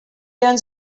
earns